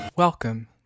Welcome